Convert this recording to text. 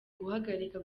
guhagarika